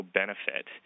benefit